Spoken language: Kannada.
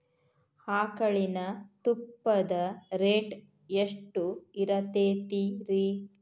ಆಕಳಿನ ತುಪ್ಪದ ರೇಟ್ ಎಷ್ಟು ಇರತೇತಿ ರಿ?